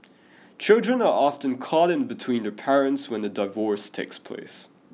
children are often caught in between their parents when a divorce takes place